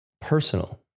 personal